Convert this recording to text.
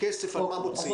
על מה מוציאים את הכסף?